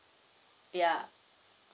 yeah